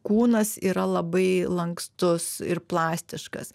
kūnas yra labai lankstus ir plastiškas